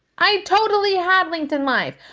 i totally had linkedin live!